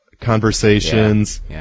conversations